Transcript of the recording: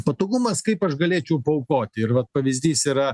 patogumas kaip aš galėčiau paaukoti ir vat pavyzdys yra